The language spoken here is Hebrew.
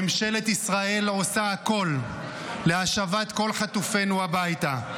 ממשלת ישראל עושה הכול להשבת כל חטופינו הביתה.